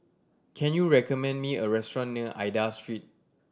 can you recommend me a restaurant near Aida Street